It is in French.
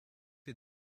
est